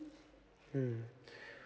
mm